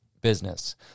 business